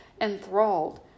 enthralled